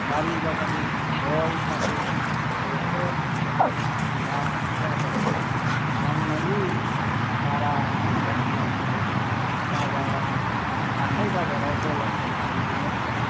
बारि बागाननि गय फाथै बेसर सबाइ सिबिं गासिबो आबादखौ नांनायनि बारा बेसाद मुवाफोरखौ बाजाराव हाथाइ बाजाराव गलाफ्राव फानहैनानै